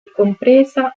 compresa